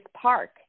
park